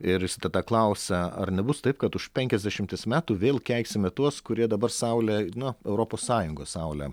ir tada klausia ar nebus taip kad už penkiasdešimties metų vėl keiksime tuos kurie dabar saulę nu europos sąjungos saulę